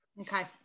okay